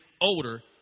older